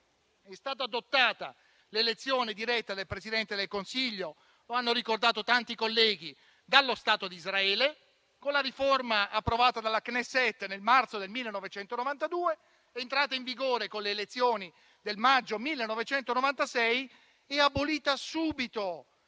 O meglio, l'elezione diretta del Presidente del Consiglio - come hanno ricordato tanti colleghi - è stata adottata dallo Stato di Israele con la riforma approvata dalla Knesset nel marzo del 1992, è entrata in vigore con le elezioni del maggio 1996 e abolita subito,